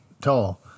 tall